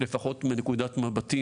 לפחות מנקודת מבטי,